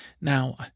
Now